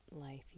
life